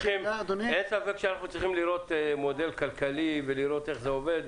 אין ספק שאנחנו צריכים לראות מודל כלכלי ולראות איך זה עובד,